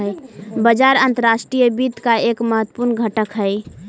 बाजार अंतर्राष्ट्रीय वित्त का एक महत्वपूर्ण घटक हई